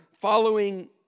following